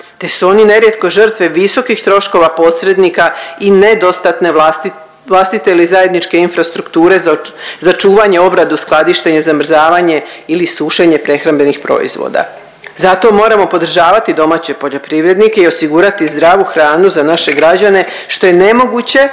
te su oni nerijetko žrtve visokih troškova posrednika i nedostatne vlastite ili zajedničke infrastrukture za čuvanje, obradu, skladištenje, zamrzavanje ili sušenje prehrambenih proizvoda. Zato moramo podržavati domaće poljoprivrednike i osigurati zdravu hranu za naše građane što je nemoguće